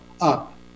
up